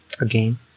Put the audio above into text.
again